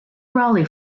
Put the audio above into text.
brolly